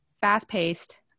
fast-paced